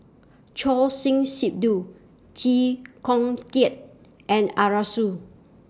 Choor Singh Sidhu Chee Kong Tet and Arasu